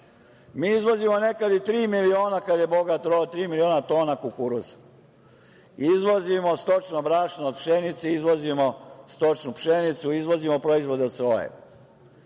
izvozimo nekad i tri miliona kada je bogat rod, tri miliona tona kukuruza. Izvozimo stočno brašno, izvozimo stočnu pšenicu, izvozimo proizvode od soje.